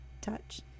Touch